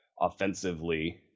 offensively